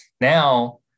Now